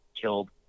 Killed